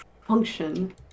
function